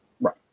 Right